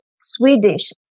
Swedish